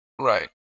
Right